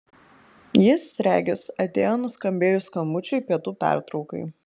jis regis atėjo nuskambėjus skambučiui pietų pertraukai